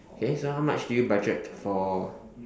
okay so how much do you budget for